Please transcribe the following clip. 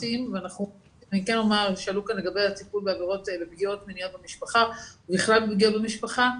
שאלו כאן לגבי הטיפול בפגיעות מיניות במשפחה ובכלל בפגיעות במשפחה,